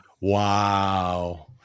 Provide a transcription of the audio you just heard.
Wow